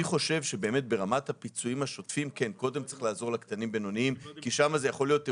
אני חושב שברמת הפיצויים השוטפים יש לעזור קודם לגדולים כי שם זה גורלי.